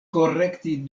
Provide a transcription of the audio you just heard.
korekti